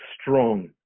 strong